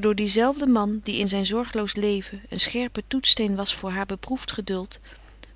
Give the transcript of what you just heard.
door dien zelfden man die in zyn zorgloos leven een scherpe toetsteen was voor haar beproeft geduld